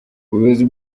ubuyobozi